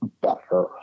better